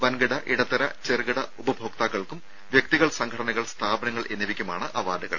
വൻകിട ഇടത്തര ചെറുകിട ഉപഭോക്താക്കൾക്കും വ്യക്തികൾ സംഘടനകൾ സ്ഥാപനങ്ങൾ എന്നിവയ്ക്കുമാണ് അവാർഡുകൾ